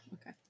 Okay